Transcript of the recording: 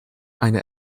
eine